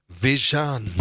vision